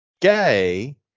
gay